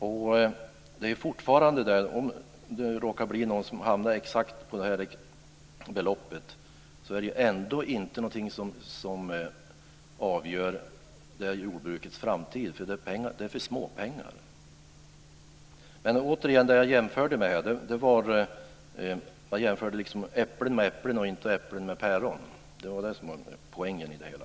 Om det råkar vara någon som hamnar exakt på det här beloppet är det ändå inte något som avgör jordbrukets framtid. Det är för små pengar. Återigen: Jag jämförde liksom äpplen med äpplen, inte äpplen med päron. Det var det som var poängen i det hela.